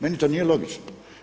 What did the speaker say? Meni to nije logično.